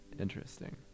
interesting